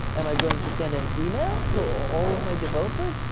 am i going to send an email to all of my developers?